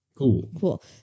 Cool